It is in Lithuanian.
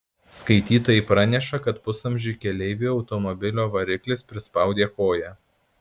skaitytojai praneša kad pusamžiui keleiviui automobilio variklis prispaudė koją